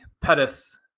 Pettis